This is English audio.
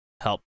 Help